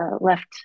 left